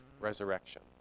resurrection